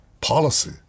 policy